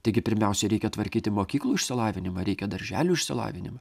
taigi pirmiausia reikia tvarkyti mokyklų išsilavinimą reikia darželių išsilavinimą